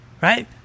Right